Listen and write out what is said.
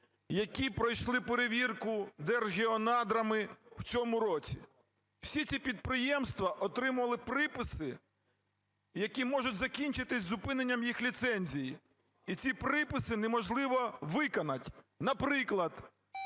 які пройшли перевірку Держгеонадрами в цьому році. Всі ці підприємства отримували приписи, які можуть закінчитися зупиненням їх ліцензій, і ці приписи неможливо виконати. Наприклад,